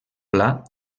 pla